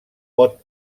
pot